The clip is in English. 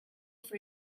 for